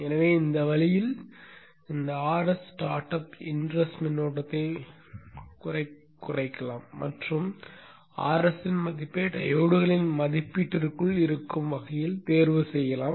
எனவே இந்த வழியில் இந்த Rs ஸ்டார்ட்அப் இன்ரஷ் மின்னோட்டத்தை மட்டுப்படுத்தலாம் மற்றும் Rsன் மதிப்பை டையோட்களின் மதிப்பீட்டிற்குள் இருக்கும் வகையில் தேர்வு செய்யலாம்